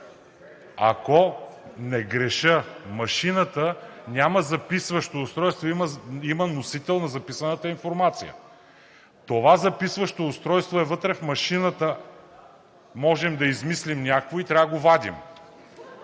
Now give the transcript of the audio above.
Ако не греша, машината няма записващо устройство, а има носител на записваната информация. Това записващо устройство е вътре в машината. Можем да измислим някой, трябва да го вадим.